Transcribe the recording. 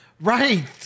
Right